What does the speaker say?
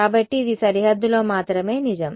కాబట్టి ఇది సరిహద్దులో మాత్రమే నిజం